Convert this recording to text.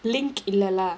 link இல்லல:illala